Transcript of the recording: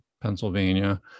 Pennsylvania